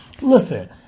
Listen